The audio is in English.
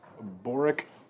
Boric